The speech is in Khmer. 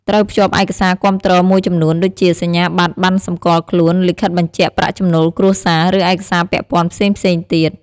ត្រូវភ្ជាប់ឯកសារគាំទ្រមួយចំនួនដូចជាសញ្ញាបត្រ ប័ណ្ណសម្គាល់ខ្លួន លិខិតបញ្ជាក់ប្រាក់ចំណូលគ្រួសារ ឬឯកសារពាក់ព័ន្ធផ្សេងៗទៀត។